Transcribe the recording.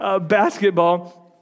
basketball